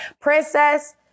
princess